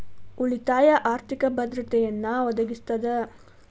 ಉಳಿತಾಯ ಆರ್ಥಿಕ ಭದ್ರತೆಯನ್ನ ಒದಗಿಸ್ತದ